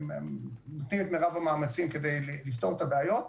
ואנחנו נותנים את מרב המאמצים כדי לפתור את הבעיות,